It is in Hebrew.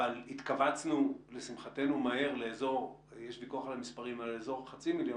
אבל התקבצנו לשמחתנו מהר לאזור חצי מיליון,